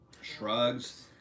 shrugs